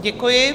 Děkuji.